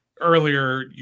earlier